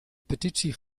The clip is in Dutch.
petitie